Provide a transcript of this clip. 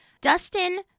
Dustin